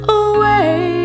away